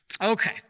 Okay